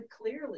clearly